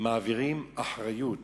מעבירים אחריות